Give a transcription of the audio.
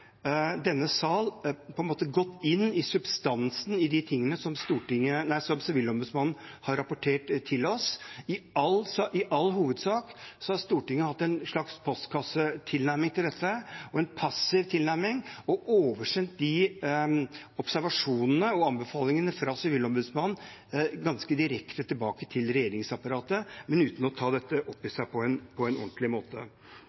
substansen i de tingene som Sivilombudsmannen har rapportert til oss. I all hovedsak har Stortinget hatt en slags postkassetilnærming til dette, en passiv tilnærming, og oversendt observasjonene og anbefalingene fra Sivilombudsmannen ganske direkte tilbake til regjeringsapparatet, men uten å ta dette opp i seg på en ordentlig måte.